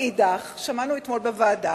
מאידך, שמענו אתמול בוועדה